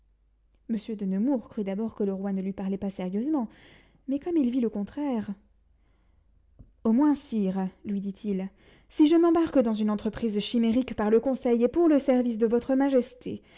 monsieur de nemours crut d'abord que le roi ne lui parlait pas sérieusement mais comme il vit le contraire au moins sire lui dit-il si je m'embarque dans une entreprise chimérique par le conseil et pour le service de votre majesté